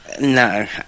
No